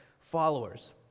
followers